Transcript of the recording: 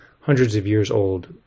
hundreds-of-years-old